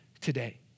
today